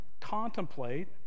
contemplate